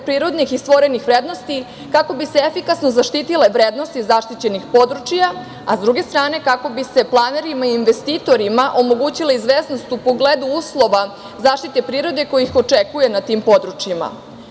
prirodnih i stvorenih vrednosti kako bi se efikasno zaštitile vrednosti zaštićenih područja, a s druge strane kako bi se planerima i investitorima omogućila izvesnost u pogledu uslova zaštite prirode koji ih očekuje na tim područjima. Voda